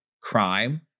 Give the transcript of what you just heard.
crime